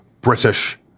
British